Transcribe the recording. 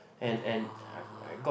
!wah!